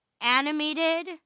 animated